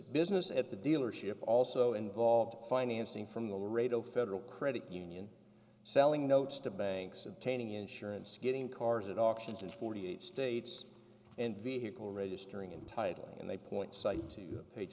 business at the dealership also involved financing from the laredo federal credit union selling notes to banks attaining insurance getting cars at auctions in forty eight states and vehicle registering in title and they point side to page